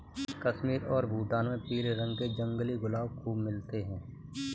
कश्मीर और भूटान में पीले रंग के जंगली गुलाब खूब मिलते हैं